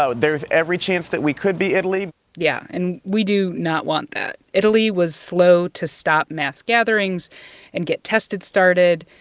so there is every chance that we could be italy yeah, and we do not want that. italy was slow to stop mass gatherings and get tested started,